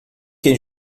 que